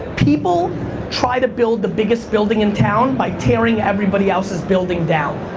people try to build the biggest building in town by tearing everybody else's building down.